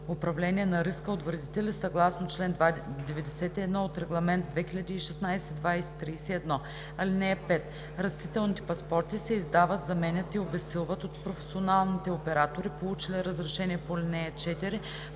управление на риска от вредители съгласно чл. 91 от Регламент 2016/2031. (5) Растителните паспорти се издават, заменят и обезсилват от професионалните оператори, получили разрешение по ал. 4,